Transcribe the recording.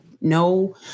no